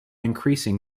increasing